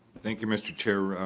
thank you mr. chair.